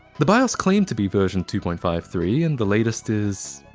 the bios claimed to be version two point five three and the latest is.